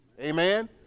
Amen